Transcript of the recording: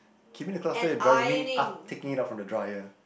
keeping the clothes dry you mean af~ taking it out from the dryer